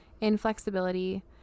inflexibility